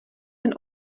ten